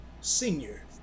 senior